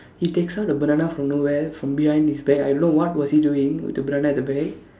he takes out a banana from nowhere from behind his back I don't know what he was doing with the banana at the back